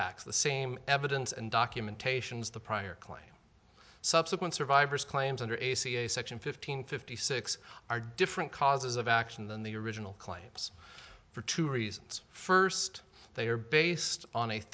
facts the same evidence and documentations the prior claim subsequent survivors claims under section fifteen fifty six are different causes of action than the original claims for two reasons first they are based on a